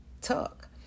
talk